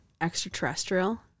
extraterrestrial